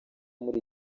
muri